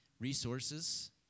resources